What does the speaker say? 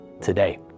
today